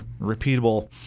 repeatable